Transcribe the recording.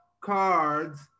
cards